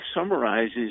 summarizes